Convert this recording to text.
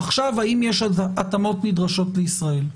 האם יש התאמות נדרשות לישראל.